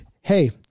hey